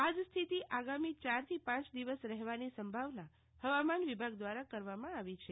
આજ સ્થિતિ આગામી ચ્રથી પાંચ દિવસ રહેવાની સંભાવના હવામાન વિભાગ દ્વારા કરવામાં આવી છે